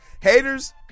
haters